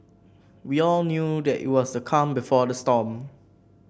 we all knew that it was the calm before the storm